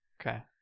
Okay